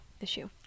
issue